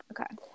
Okay